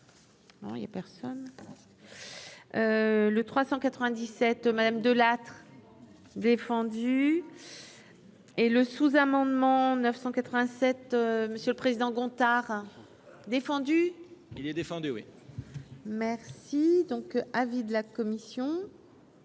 bon il y a personne, le 397 madame De Lattre défendu et le sous-amendement 987, monsieur le président Gontard défendu. Il est défendu oui. Merci donc avis de la commission.